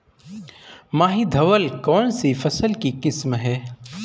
माही धवल कौनसी फसल की किस्म है?